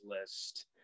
list